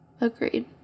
Agreed